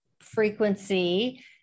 frequency